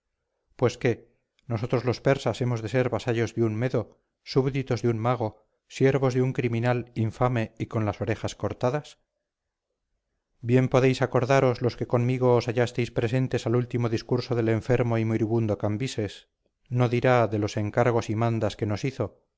pues qué nosotros los persas hemos de ser vasallos de un medo súbditos de un mago siervos de un criminal infame y con las orejas cortadas bien podéis acordaros los que conmigo os hallasteis presentes al último discurso del enfermo y moribundo cambises no dirá de los encargos y mandas que nos hizo